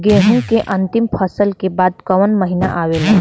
गेहूँ के अंतिम फसल के बाद कवन महीना आवेला?